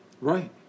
Right